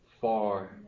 far